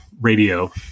radio